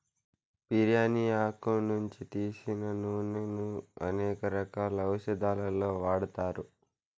బిర్యాని ఆకు నుంచి తీసిన నూనెను అనేక రకాల ఔషదాలలో వాడతారు